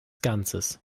ganzes